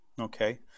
Okay